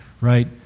right